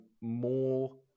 more